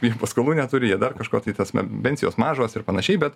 jie paskolų neturi jie dar kažko tai tasme pensijos mažos ir panašiai bet